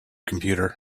computer